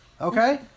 okay